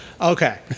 Okay